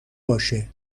باشه